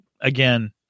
again